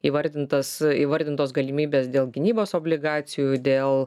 įvardintas įvardintos galimybės dėl gynybos obligacijų dėl